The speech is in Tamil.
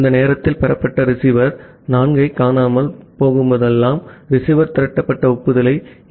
அந்த நேரத்தில் பெறப்பட்ட ரிசீவர் 4 ஐ காணாமல் போகும்போதெல்லாம் ரிசீவர் திரட்டப்பட்ட ஒப்புதலை ஏ